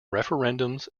referendums